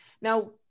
now